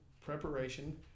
preparation